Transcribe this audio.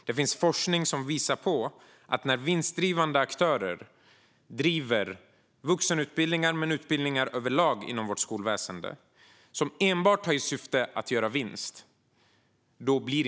Det finns forskning som visar att kvaliteten inte blir lika hög när vinstdrivande aktörer driver vuxenutbildningar eller utbildningar överlag inom vårt skolväsen och enbart har som syfte att göra vinst.